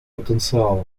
потенциала